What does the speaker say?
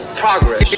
progress